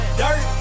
dirt